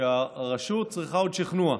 שבהם הרשות צריכה עוד שכנוע.